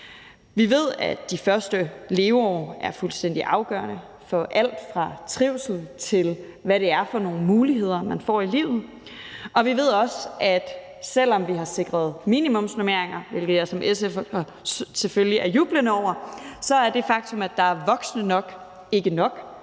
Vi ved, at de første leveår er fuldstændig afgørende for alt fra trivsel, til hvad det er for nogle muligheder, man får i livet. Vi ved også, at selv om vi har sikret minimumsnormeringer, hvilket jeg som SF'er selvfølgelig jubler over, er det faktum, at der er voksne nok, ikke nok.